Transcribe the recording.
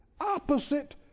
opposite